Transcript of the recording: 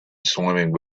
swimming